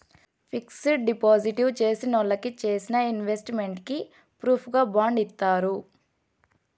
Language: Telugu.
ఫిక్సడ్ డిపాజిట్ చేసినోళ్ళకి చేసిన ఇన్వెస్ట్ మెంట్ కి ప్రూఫుగా బాండ్ ఇత్తారు